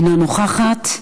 אינה נוכחת.